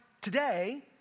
today